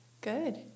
Good